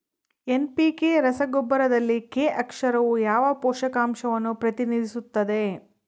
NPK ರಸಗೊಬ್ಬರದಲ್ಲಿ K ಅಕ್ಷರವು ಯಾವ ಪೋಷಕಾಂಶವನ್ನು ಪ್ರತಿನಿಧಿಸುತ್ತದೆ?